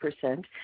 percent